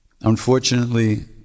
Unfortunately